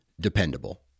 dependable